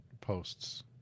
posts